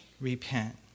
repent